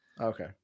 Okay